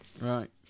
Right